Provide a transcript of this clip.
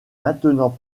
maintenant